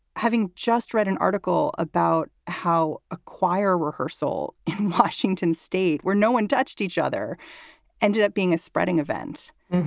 having just read an article about how a choir rehearsal in washington state where no one touched each other ended up being a spreading event